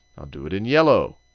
i'll do it in yellow.